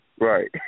Right